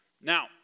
Now